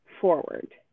forward